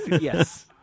yes